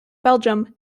belgium